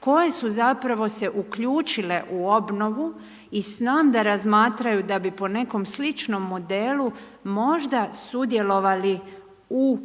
koje su zapravo se uključile u obnovu i znam da razmatraju, da bi po nekom slučnom modelu možda sudjelovali u